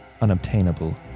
unobtainable